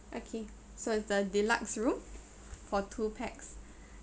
okay so is the deluxe room for two pax